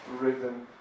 rhythm